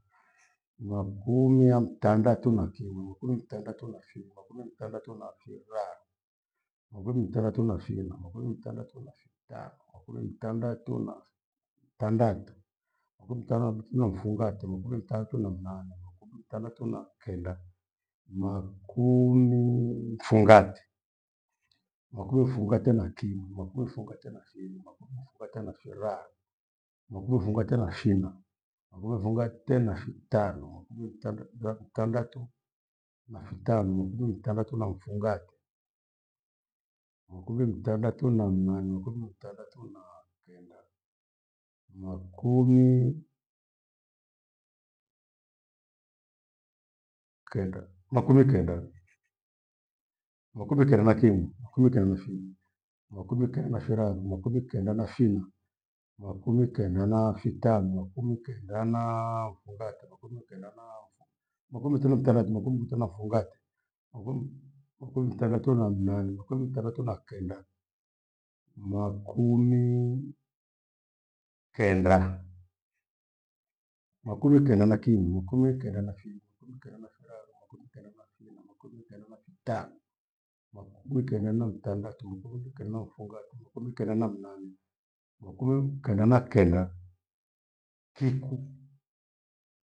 Makumi ya mtandatu na kivo, makumi mtandatu na fiwa, mkumi mtandatu na fira, makumi mtandatu na fina, makumi mtandatu na fitano, makumi mtandatu na mtandatu, makumi mtandatu na mfungate, makumi mtandatu na mnane, makumi mtandatu na kenda, makumii fungate. Makumi fungate na kimwi, makumi funate na fiwi, makumi mfungate na fiararu, mkaumi mfungate na fina, makumi mfungate na fitano, mkumi mtandatu mira ktandatu na fitano, makumi mtandatu na mfungate, makumi ya mtandatu na mnane, makumi mtandatu na kenda, makumi kenda, makumikenda. Makumi kenda na kimwi, makumi kenda na fiji, makumi kenda na firarau makumi kenda na fina, makumi kenda na fitano, makumi kenda naa mfungate, makumi kenda na makumi kenda na mtandatu makumi tena fungate, makumi kitaghato na mnane, makumi kitaghato na kenda, makumii kendaa. Makumi kenda na kimwi, makumi kenda na fiwi, makumi kenda na firaru, makumi kenda na fina, makumi kenda na vitano, makumi kenda na matndatu, mkumi kenda na ufungate, makumi kenda na mnane, makumi kenda na kenda, kiku.